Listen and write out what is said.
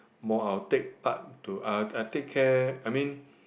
more I'll take part to uh I take care I mean